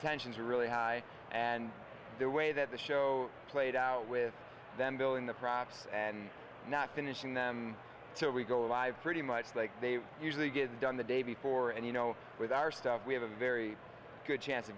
ensions are really high and the way that the show played out with them building the props and not finishing them so we go live pretty much like they usually get done the day before and you know with our stuff we have a very good chance of